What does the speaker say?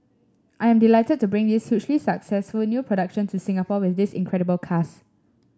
I am delighted to bring this hugely successful new production to Singapore with this incredible cast